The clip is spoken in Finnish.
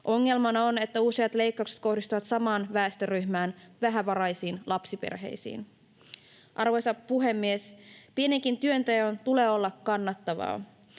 Ongelmana on, että useat leikkaukset kohdistuvat samaan väestöryhmään, vähävaraisiin lapsiperheisiin. Arvoisa puhemies! Pienenkin työnteon tulee olla kannattavaa.